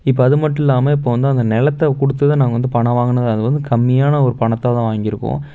இப்போ அது மட்டும் இல்லாமல் இப்போ வந்து அந்த நிலத்த கொடுத்துதான் நாங்கள் வந்து பணம் வாங்கினது அது வந்து கம்மியான ஒரு பணத்தைதான் வாங்கியிருப்போம்